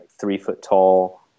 three-foot-tall